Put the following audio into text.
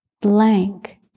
blank